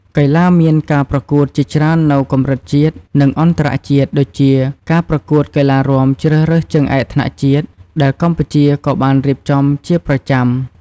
កីឡារមានការប្រកួតជាច្រើននៅកម្រិតជាតិ និងអន្តរជាតិ ដូចជា ការប្រកួតកីឡារាំជ្រើសរើសជើងឯកថ្នាក់ជាតិ ដែលកម្ពុជាក៏បានរៀបចំជាប្រចាំ។